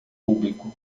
público